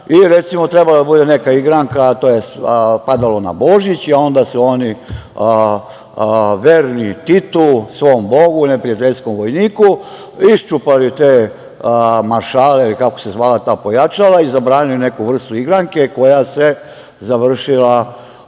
trebala je da bude neka igranka, padalo na Božić, onda su oni verni Titu, svom bogu, neprijateljskom vojniku, iščupali te maršale ili kako se zvala ta pojačala i zabranili neku vrstu igranke koja se završila